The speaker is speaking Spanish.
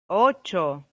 ocho